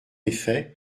effet